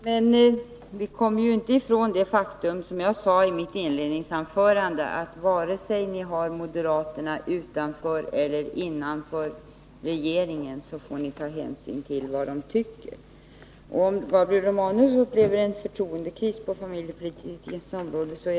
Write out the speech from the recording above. Herr talman! Vi kommer inte, Gabriel Romanus, ifrån det faktum att ni, som jag sade i mitt inledningsanförande, får ta hänsyn till vad moderaterna tycker, vare sig ni har dem utanför eller i regeringen. Det är bara att beklaga om Gabriel Romanus upplever en förtroendekris på familjepolitikens område.